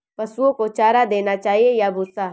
पशुओं को चारा देना चाहिए या भूसा?